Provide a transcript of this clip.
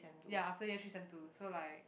ya after year three sem two so like